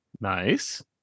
nice